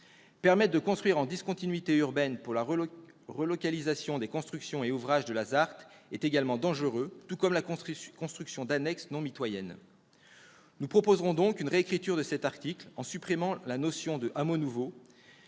Permettre de construire en discontinuité urbaine pour la relocalisation des constructions et ouvrages de la ZART est également dangereux, tout comme la construction d'annexes non mitoyennes. Nous proposerons donc une réécriture de cet article en supprimant la notion de « hameau nouveau »